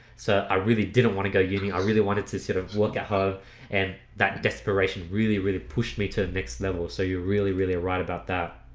so i really didn't want to go evening i really wanted to sort of look at her and that desperation really really pushed me to the next level so you're really really right about that